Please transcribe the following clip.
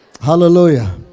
Hallelujah